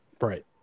Right